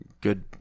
good